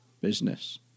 business